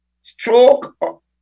stroke